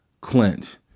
Clint